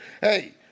Hey